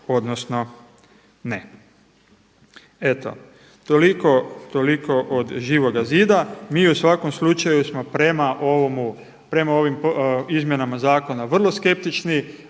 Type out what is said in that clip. odnosno ne. Eto toliko od Živoga zida. Mi u svakom slučaju smo prema ovim izmjenama zakona vrlo skeptični.